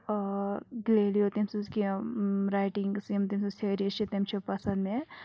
Galileo تٔمۍ سٕنٛز کینٛہہ رایٹِنٛگٕس یِم تٔمۍ سٕنٛز تھیریٖز چھِ تِم چھِ پَسنٛد مےٚ